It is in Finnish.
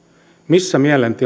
missä